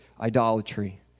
idolatry